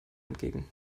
entgegen